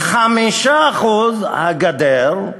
5% הגדר,